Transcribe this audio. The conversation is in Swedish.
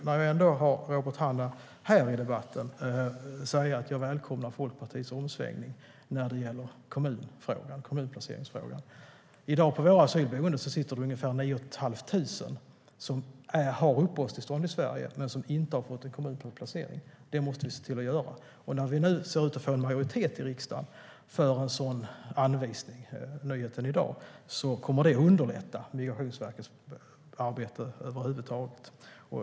När jag ändå har Robert Hannah här i debatten vill jag säga att jag välkomnar Folkpartiets omsvängning i frågan om kommunplaceringar. På våra asylboenden sitter det i dag ungefär 9 500 som har uppehållstillstånd i Sverige men inte har fått en kommunplacering. Det måste vi se till att åtgärda. När vi nu ser ut att få majoritet i riksdagen för en sådan anvisning - vilket är nyheten i dag - kommer det att underlätta Migrationsverkets arbete över huvud taget.